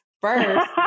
First